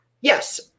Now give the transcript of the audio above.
Yes